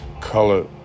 colored